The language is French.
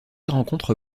rencontre